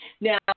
Now